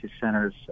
centers